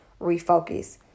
refocus